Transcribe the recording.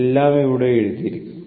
എല്ലാം ഇവിടെ എഴുതിയിരിക്കുന്നു